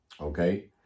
Okay